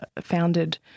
founded